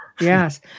yes